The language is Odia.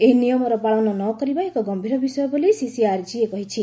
ଏହି ନିୟମର ପାଳନ ନ କରିବା ଏକ ଗମ୍ଭୀର ବିଷୟ ବୋଲି ସିସିଆର୍ଜିଏ କହିଛି